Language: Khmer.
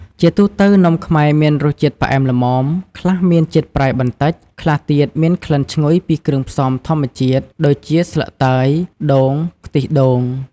ជាទូទៅ នំខ្មែរមានរសជាតិផ្អែមល្មម ខ្លះមានជាតិប្រៃបន្តិច ខ្លះទៀតមានក្លិនឈ្ងុយពីគ្រឿងផ្សំធម្មជាតិដូចជាស្លឹកតើយ ដូង ខ្ទិះដូង។ល។